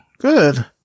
Good